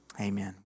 Amen